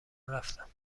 رفتم